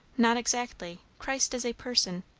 not exactly. christ is a person.